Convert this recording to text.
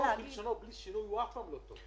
ככתבו וכלשונו, בלי שינוי, הוא אף פעם לא טוב.